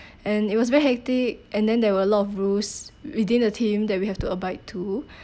and it was very hectic and then there were a lot of rules within the team that we have to abide to